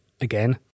again